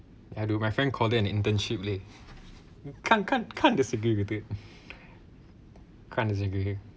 I do my friend called it an internship leh can't can't can't disagree with it can't disagree